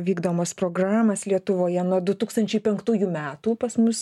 vykdomas programas lietuvoje nuo du tūkstančiai penktųjų metų pas mus